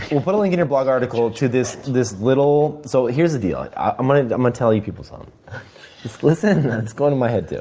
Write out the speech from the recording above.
put a link in your blog article to this this little so here's the deal. i'm going and um to tell you people something. just listen. and it's going to my head, too.